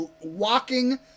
walking